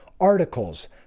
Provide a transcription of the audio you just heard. articles